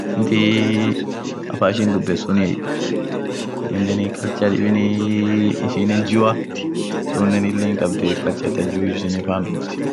sunthi afan ishin dhubeth suniye aminen culture dhibi ishinen jua sunen link hinkhabdhiye dhub ishinen fan dhoth